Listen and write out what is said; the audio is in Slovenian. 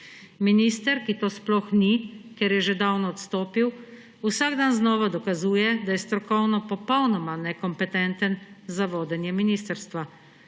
Minister, ki to sploh ni, ker je že davno odstopil, vsak dan znova dokazuje, da je strokovno popolnoma nekompetenten za vodenje ministrstva.